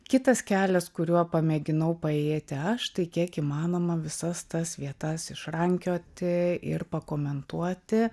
kitas kelias kuriuo pamėginau paėjėti aš tai kiek įmanoma visas tas vietas išrankioti ir pakomentuoti